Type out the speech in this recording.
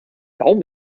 baum